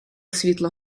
світло